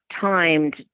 timed